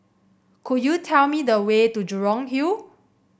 could you tell me the way to Jurong Hill